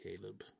Caleb